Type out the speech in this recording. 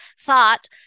thought